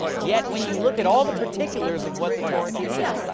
yet when you look at all the particulars of what the torah teaches,